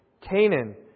Canaan